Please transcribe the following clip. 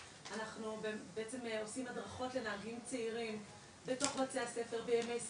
אנחנו בעצם עושים הדרכות לנהגים צעירים בתוך בתי הספר בימי שיא,